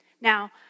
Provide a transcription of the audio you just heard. Now